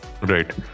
Right